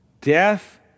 Death